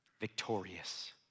Victorious